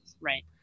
Right